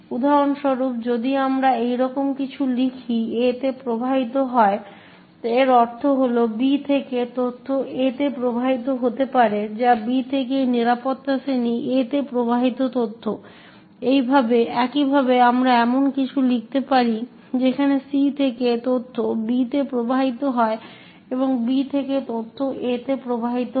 উদাহরণস্বরূপ যদি আমরা এইরকম কিছু লিখি A তে প্রবাহিত হয় এর অর্থ হল B থেকে তথ্য A তে প্রবাহিত হতে পারে যা B থেকে এই নিরাপত্তা শ্রেণী A তে প্রবাহিত তথ্য একইভাবে আমরা এমন কিছু লিখতে পারি যেখানে C থেকে তথ্য B তে প্রবাহিত হয় এবং B থেকে তথ্য A এ প্রবাহিত হয়